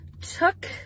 took